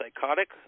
psychotic